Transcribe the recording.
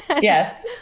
yes